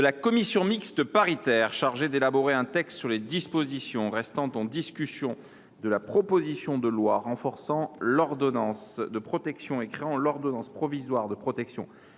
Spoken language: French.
de la commission mixte paritaire chargée d’élaborer un texte sur les dispositions restant en discussion de la proposition de loi renforçant l’ordonnance de protection et créant l’ordonnance provisoire de protection